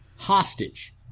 Hostage